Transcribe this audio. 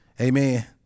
Amen